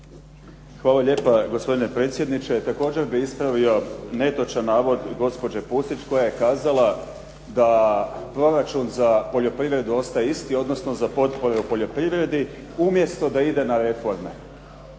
Hvala lijepa gospodine predsjedniče. Također bih ispravio netočan navod gospođe Pusić koja je kazala da proračun za poljoprivredu ostaje isti odnosno za potpore u poljoprivredi umjesto da ide na reforme.